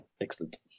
Excellent